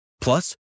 Plus